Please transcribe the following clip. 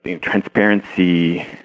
transparency